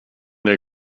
der